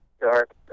dark